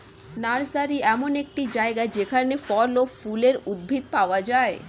nursery এমন একটি জায়গা যেখানে ফল ও ফুলের উদ্ভিদ পাওয়া যায়